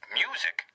music